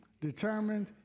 determined